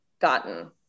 gotten